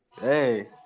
Hey